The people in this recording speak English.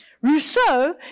Rousseau